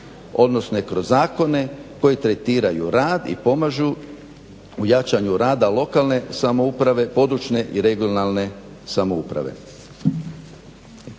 odnosno i kroz zakone koji tretiraju rad i pomažu u jačanju rada lokalne samouprave, područne i regionalne samouprave.